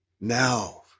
now